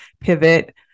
pivot